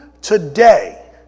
today